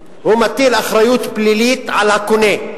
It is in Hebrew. מטיל אחריות פלילית על הקונה,